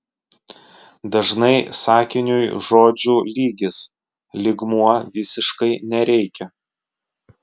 dažnai sakiniui žodžių lygis lygmuo visiškai nereikia